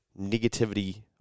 negativity